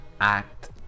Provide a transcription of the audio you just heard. act